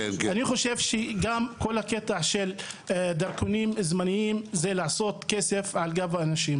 אני חושב שכל הקטע של דרכונים זמניים זה לעשות כסף על גב האנשים,